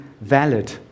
valid